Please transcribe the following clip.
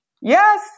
yes